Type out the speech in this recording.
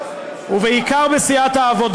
אתה רוצה לעשות ממשלה.